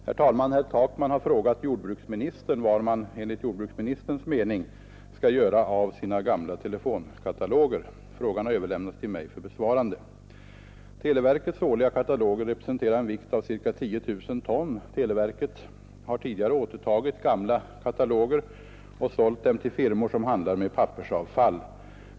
Herr talman! Herr Takman har frågat jordbruksministern var man — enligt jordbruksministerns mening — skall göra av sina gamla telefonkataloger. Frågan har överlämnats till mig för besvarande. Televerkets årliga kataloger representerar en vikt av ca 10 000 ton. Televerket har tidigare återtagit gamla kataloger och sålt dem till firmor, som handlar med pappersavfall.